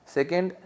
Second